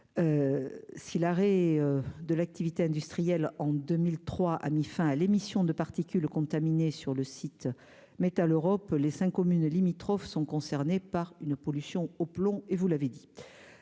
si l'arrêt de la. Activité industrielle en 2003 a mis fin à l'émission de particules contaminées sur le site Metaleurop, les 5 communes limitrophes sont concernés par une pollution au plomb et vous l'avez dit,